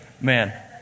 Man